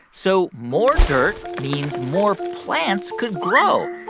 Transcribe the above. so more dirt means more plants could grow.